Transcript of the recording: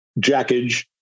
jackage